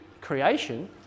creation